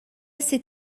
assez